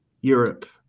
Europe